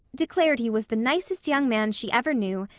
declared he was the nicest young man she ever knew,